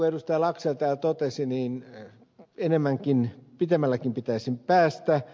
laxell täällä totesi niin pitemmällekin pitäisi päästä